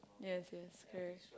yes yes correct